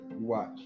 Watch